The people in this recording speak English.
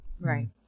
Right